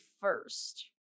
first